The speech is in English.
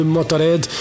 Motorhead